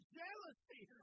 jealousy